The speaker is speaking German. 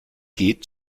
geht